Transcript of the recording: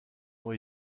ont